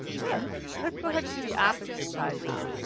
good and let's go ahead and do the opposite side now.